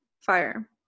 fire